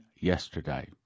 yesterday